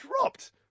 dropped